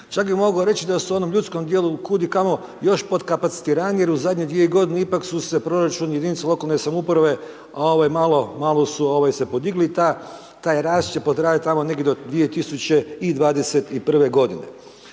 Čak bi mogao reći da su onom ljudskom dijelu kudikamo još podkapacitiraniji jer u zadnje dvije godine ipak su se proračuni jedinica lokalne samouprave malo, malo su ovaj se podigli i taj rast će potrajati tamo negdje od 2021. godine.